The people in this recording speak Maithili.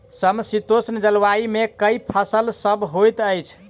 समशीतोष्ण जलवायु मे केँ फसल सब होइत अछि?